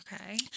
Okay